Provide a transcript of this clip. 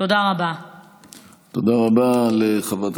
הייתי פה כל שנה,